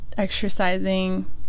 exercising